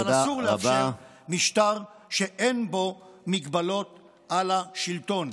אבל אסור לאפשר משטר שאין בו הגבלות על השלטון.